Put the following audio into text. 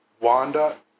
Wanda